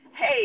Hey